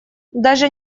даже